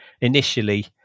initially